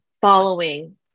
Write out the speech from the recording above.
following